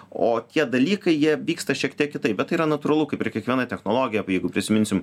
o tie dalykai jie vyksta šiek tiek kitaip bet yra natūralu kaip ir kiekviena technologija jeigu prisiminsim